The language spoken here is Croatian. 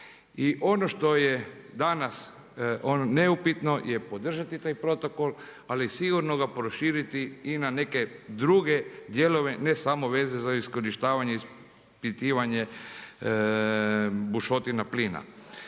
I ono što je danas neupitno je podržati taj Protokol, ali i sigurno ga proširiti i na neke druge dijelove ne samo veze za iskorištavanje i ispitivanje bušotina plina.